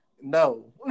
No